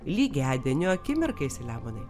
lygiadienio akimirkai selemonai